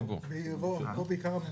רבים.